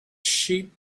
sheep